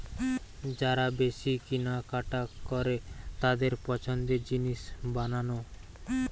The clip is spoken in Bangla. যারা বেশি কিনা কাটা করে তাদের পছন্দের জিনিস বানানো